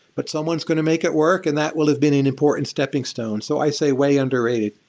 but someone's going to make it work, and that will have been an important stepping stone. so i say way underrated.